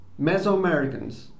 Mesoamericans